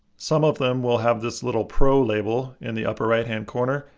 some of them will have this little pro label in the upper right-hand corner,